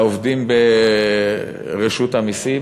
לעובדים ברשות המסים,